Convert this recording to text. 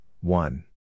one